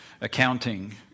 accounting